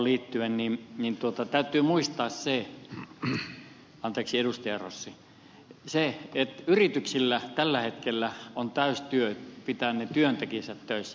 rossin puheenvuoroon liittyen täytyy muistaa se että yrityksillä tällä hetkellä on täystyö pitää ne työntekijänsä töissä